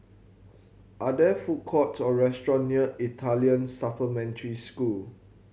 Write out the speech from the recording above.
are there food courts or restaurants near Italian Supplementary School